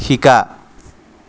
শিকা